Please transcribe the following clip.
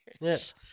Yes